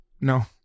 No